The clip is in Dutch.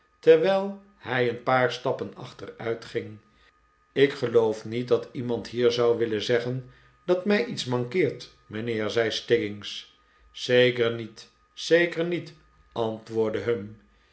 terwijl hij een paar stappen achteruitging ik geloof niet dat iemand hier zou willen zeggen dat mij iets mankeert mijnheer zei stiggins zeker niet zeker niet antwoordde humm